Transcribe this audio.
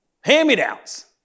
hand-me-downs